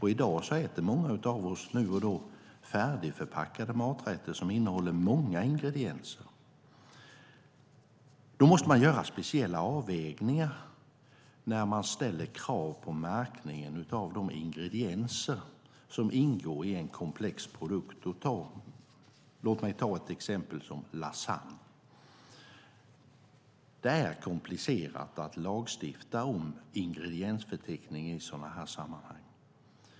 I dag äter många av oss nu och då färdigförpackade maträtter som innehåller många ingredienser. Då måste man göra speciella avvägningar när man ställer krav på märkningen av de ingredienser som ingår i en komplex produkt. Låt mig ta ett exempel: lasagne. Det är komplicerat att lagstifta om ingrediensförteckning i sådana här sammanhang.